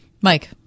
Mike